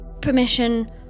permission